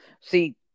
See